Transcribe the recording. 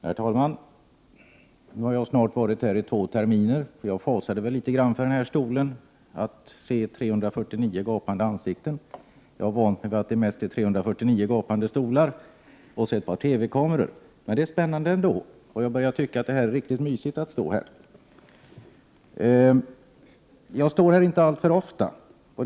Herr talman! Jag har nu snart varit här nämligen i två terminer. Jag fasade väl litet grand för denna talarstol, för att se 349 gapande ansikten. Jag har vant mig vid att det mest är fråga om 349 gapande stolar samt ett par TV-kameror. Men det är ändå spännande, och jag börjar tycka att det är riktigt mysigt att stå här. Jag står inte alltför ofta här i talarstolen.